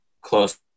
close